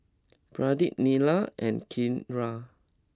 Pradip Neila and Kiran